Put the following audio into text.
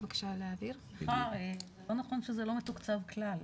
זה לא נכון שזה לא מתוקצב כלל.